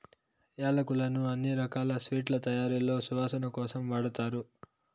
యాలక్కులను అన్ని రకాల స్వీట్ల తయారీలో సువాసన కోసం వాడతారు